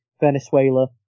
Venezuela